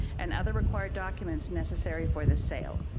and other required documents necessary for this sale.